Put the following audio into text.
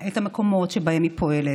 את המקומות שבהם היא פועלת.